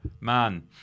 man